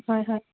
ꯈꯣꯏ ꯍꯣꯏ